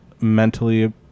mentally